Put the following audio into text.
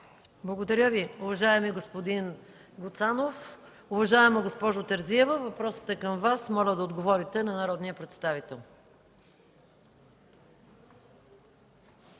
Благодаря Ви, уважаеми господин Гуцанов. Уважаема госпожо Терзиева, въпросът е към Вас – моля да отговорите на народния представител.